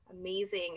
Amazing